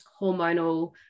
hormonal